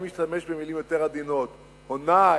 אני משתמש במלים יותר עדינות: הונה,